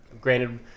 Granted